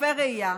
משקפי ראייה,